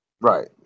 Right